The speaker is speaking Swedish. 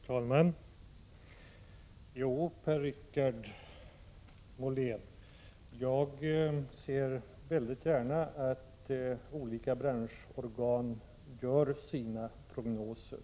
Fru talman! Jo, Per-Richard Molén, jag ser väldigt gärna att olika branschorgan gör sina prognoser.